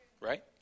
right